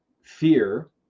fear